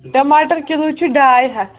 ٹَماٹر کِلوٗ چھُ ڈاے ہَتھ